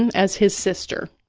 and as his sister.